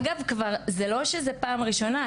אגב, זה לא שזו פעם ראשונה.